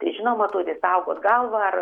tai žinoma turi saugot galvą ar